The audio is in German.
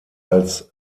als